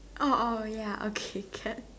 orh orh ya okay can